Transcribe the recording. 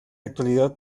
actualidad